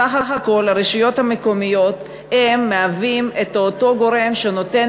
סך הכול הרשויות המקומיות מהוות את אותו גורם שנותן